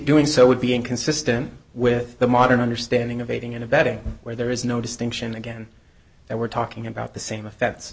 doing so would be inconsistent with the modern understanding of aiding and abetting where there is no distinction again that we're talking about the same offe